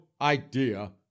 idea